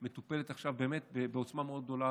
מטופל עכשיו בעוצמה מאוד גדולה